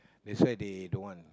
that's why they don't want